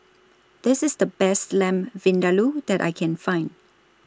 This IS The Best Lamb Vindaloo that I Can Find